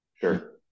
Sure